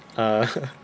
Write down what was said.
uh